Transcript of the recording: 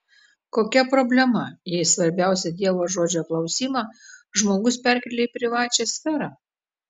kokia problema jei svarbiausią dievo žodžio klausymą žmogus perkelia į privačią sferą